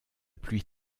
pluie